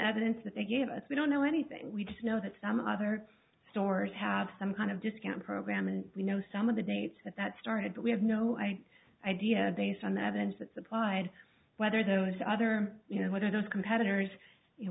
evidence that they give us we don't know anything we just know that some other stores have some kind of discount program and we know some of the dates that started but we have no i idea based on that edge that supplied whether those other you know what i don't competitors